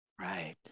Right